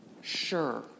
Sure